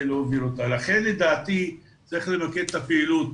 לכן לדעתי צריך למקד את הפעילות